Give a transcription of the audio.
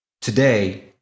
Today